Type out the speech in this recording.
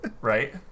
Right